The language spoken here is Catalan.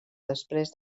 després